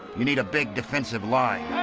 you need a big defensive line.